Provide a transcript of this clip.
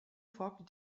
foc